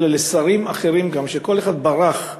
אלא לשרים אחרים, בשנים קודמות כל אחד ברח,